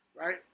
right